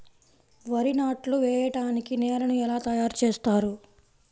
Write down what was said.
వరి నాట్లు వేయటానికి నేలను ఎలా తయారు చేస్తారు?